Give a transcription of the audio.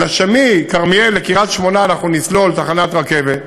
אלא שמכרמיאל לקריית-שמונה אנחנו נסלול מסילת רכבת,